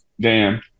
Dan